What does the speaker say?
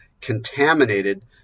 contaminated